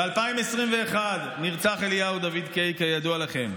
ב-2021 נרצח אליהו דוד קיי, כידוע לכם.